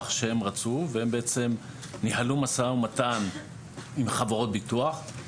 שהן רצו והן בעצם ניהלו משא ומתן עם חברות ביטוח.